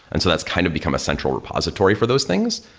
and so that's kind of become a central repository for those things.